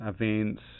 events